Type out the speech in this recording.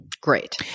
Great